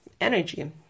energy